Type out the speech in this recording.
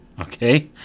Okay